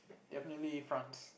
definitely France